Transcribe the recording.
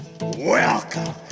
Welcome